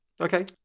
Okay